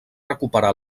recuperar